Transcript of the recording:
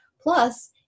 Plus